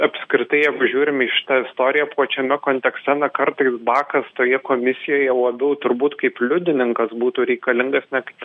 apskritai jeigu žiūrim į šitą istoriją plačiame kontekste na kartais bakas toje komisijoje labiau turbūt kaip liudininkas būtų reikalingas ne